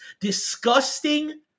disgusting